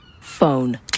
Phone